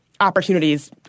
opportunities